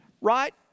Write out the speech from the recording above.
right